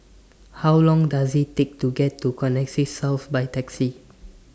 How Long Does IT Take to get to Connexis South By Taxi